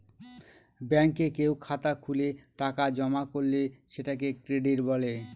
ব্যাঙ্কে কেউ খাতা খুলে টাকা জমা করলে সেটাকে ক্রেডিট বলে